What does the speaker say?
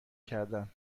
کردن